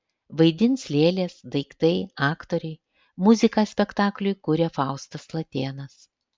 vaidins lėlės daiktai aktoriai muziką spektakliui kuria faustas latėnas